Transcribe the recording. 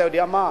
אתה יודע מה?